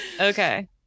okay